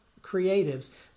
creatives